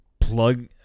plug